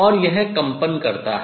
और यह कंपन करता है